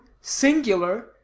singular